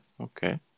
okay